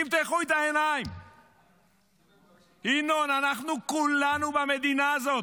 תפקחו את העיניים, ינון, אנחנו כולנו במדינה הזאת.